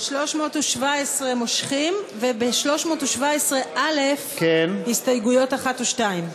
317 מושכים, וב-317א הסתייגויות 1 ו-2.